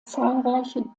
zahlreiche